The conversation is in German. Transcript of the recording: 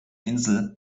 insel